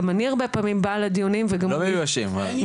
הם לא מיואשים.